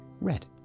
red